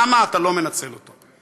למה אתה לא מנצל אותו?